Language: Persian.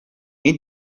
این